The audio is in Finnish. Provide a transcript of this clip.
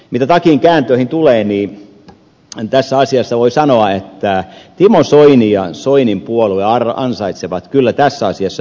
mitä takinkääntöihin tulee niin voi sanoa että timo soini ja soinin puolue ansaitsevat kyllä tässä asiassa tunnustuksen